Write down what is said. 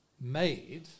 made